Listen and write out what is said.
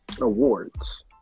Awards